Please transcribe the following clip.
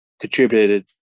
contributed